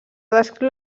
descriu